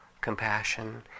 compassion